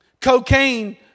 Cocaine